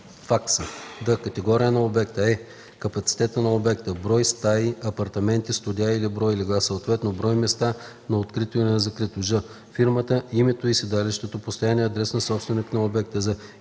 факса; д) категорията на обекта; е) капацитета на обекта – брой стаи/апартаменти/студия и брой легла; съответно: брой места на открито и на закрито; ж) фирмата/името и седалището/постоянния адрес на собственика на обекта;